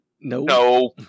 no